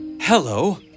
Hello